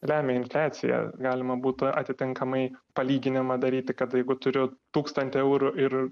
lemia infliaciją galima būtų atitinkamai palyginimą daryti kad jeigu turiu tūkstantį eurų ir